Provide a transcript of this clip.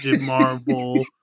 Marvel